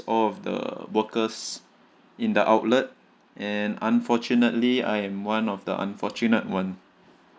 all of the workers in the outlet and unfortunately I'm one of the unfortunate one